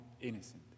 innocent